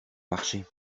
marché